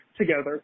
together